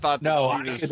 No